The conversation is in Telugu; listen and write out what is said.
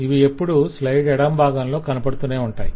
ఇవి ఎప్పుడూ స్లయిడ్ ఎడమ భాగంలో కనపడుతూ ఉంటాయి